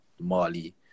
Mali